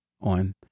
on